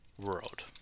world